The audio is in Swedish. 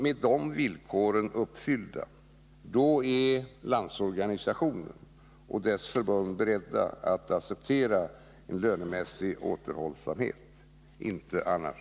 Med de villkoren uppfyllda är Landsorganisationen och dess förbund beredda att acceptera lönemässig återhållsamhet — inte annars!